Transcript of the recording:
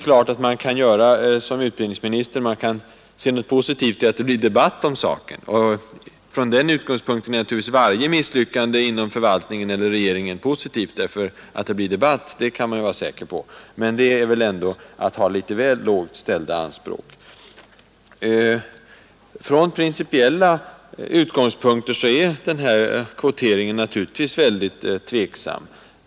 Självfallet kan man, som utbildningsministern gör, se något positivt i att det blir debatt om saken, och från denna utgångspunkt är naturligtvis varje misslyckande inom förvaltningen eller regeringen positivt, ty man kan vara säker på att det blir debatt om det. Men det är ändå att ha väl lågt ställda anspråk. Från principiella utgångspunkter är denna kvotering naturligtvis mycket tvivelaktig.